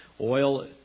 Oil